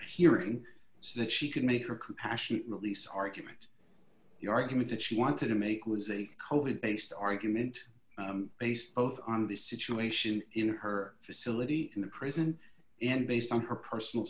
a hearing so that she can make her compassionate release argument the argument that she wanted to make was a code based argument based both on the situation in her facility in the prison in based on her personal